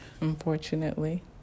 unfortunately